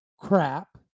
crap